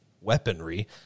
weaponry